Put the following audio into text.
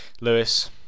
Lewis